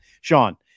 Sean